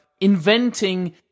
inventing